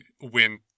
win